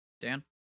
Dan